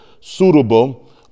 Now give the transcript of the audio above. suitable